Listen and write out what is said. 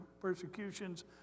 persecutions